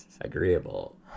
agreeable